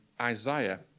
Isaiah